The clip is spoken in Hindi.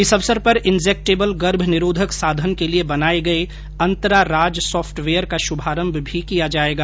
इस अवसर पर इंजेक्टेबल गर्भ निरोधक साधन के लिये बनाये गये श्अंतरा राज सॉफ्टवेयर का श्रभारंभ भी किया जायेगा